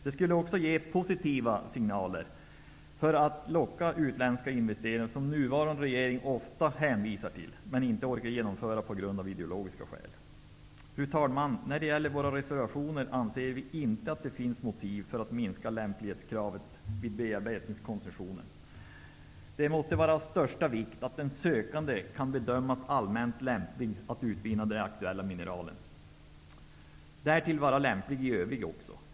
Det skulle också ge de positiva signaler för att locka utländska investerare som den nuvarande regeringen ofta hänvisar till men inte orkar genomföra av ideologiska skäl. Fru talman! När det gäller våra reservationer anser vi inte att det finns motiv för att minska lämplighetskraven vid bearbetningskoncession. Det måste vara av största vikt att den sökande kan bedömas allmänt lämplig att utvinna det aktuella mineralet och därtill även i övrigt vara lämplig.